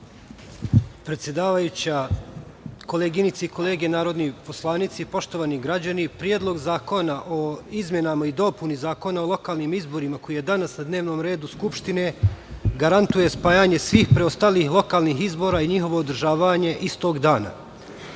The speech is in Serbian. Predsedavajuća, koleginice i kolege narodni poslanici, poštovani građani, Predlog zakona o izmenama i dopuni Zakona o lokalnim izborima koji je danas na dnevnom redu Skupštine garantuje spajanje svih preostalih lokalnih izbora i njihovo održavanje istog dana. Zakon